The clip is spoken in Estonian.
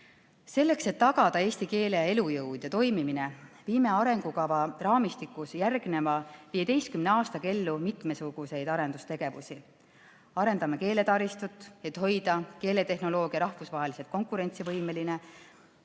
Selleks et tagada eesti keele elujõud ja toimimine, viime arengukava raamistikus järgmise 15 aastaga ellu mitmesuguseid arendustegevusi. Arendame keeletaristut, et hoida keeletehnoloogia rahvusvaheliselt konkurentsivõimeline.